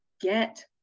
get